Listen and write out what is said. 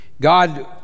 God